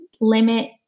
limit